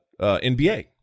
NBA